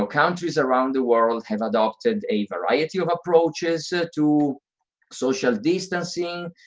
countries around the world, have adopted a variety of approaches to social distancing,